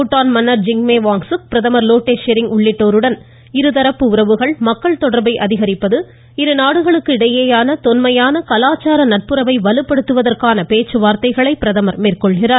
பூடான் மன்னர் ஜிக்மே வாங் சுக் பிரதமர் லோட்டே ஷெரிங் உள்ளிட்டோருடன் இருதரப்பு உறவுகள் மக்கள் தொடர்பை அதிகரிப்பது இருநாடுகளுக்கு இடையேயான தொன்மையான கலாச்சார நட்புறவை வலுப்படுத்துவதற்கான பேச்சுவார்த்தைகளை மேற்கொள்கிறார்